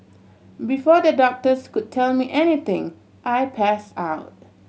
before the doctors could tell me anything I pass out